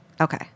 Okay